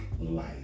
Life